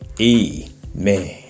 Amen